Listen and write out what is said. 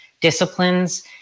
disciplines